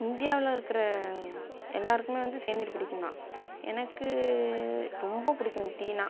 இந்தியாவில் இருக்கிற எல்லாருக்குமே வந்து தேனீர் பிடிக்குந்தான் எனக்கு ரொம்ப பிடிக்கும் டீன்னா